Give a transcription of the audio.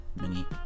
Mini